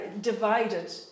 divided